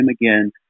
again